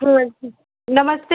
नमस्ते